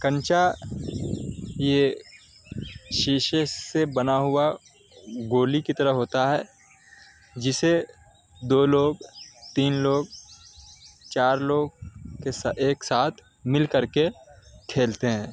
کنچا یہ شیشے سے بنا ہوا گولی کی طرح ہوتا ہے جسے دو لوگ تین لوگ چار لوگ ایک ساتھ مل کر کے کھیلتے ہیں